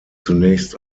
zunächst